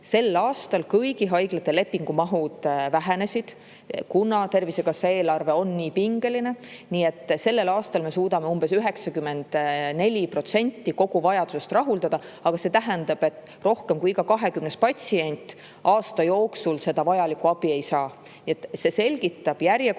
Sel aastal kõigi haiglate lepingumahud vähenesid, kuna Tervisekassa eelarve on nii pingeline. Nii et sellel aastal me suudame rahuldada umbes 94% kogu vajadusest. See tähendab, et rohkem kui iga 20. patsient aasta jooksul vajalikku abi ei saa. See selgitab järjekordade